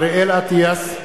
(קורא בשמות חברי הכנסת) אריאל אטיאס,